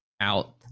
out